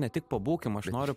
ne tik pabūkim aš noriu